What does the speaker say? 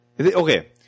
Okay